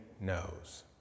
knows